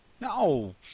No